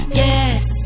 yes